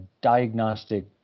diagnostic